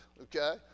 Okay